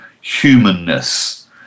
humanness